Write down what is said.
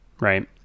right